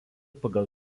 pagal